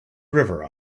river